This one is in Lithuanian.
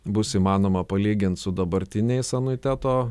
bus įmanoma palygint su dabartiniais anuiteto